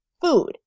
food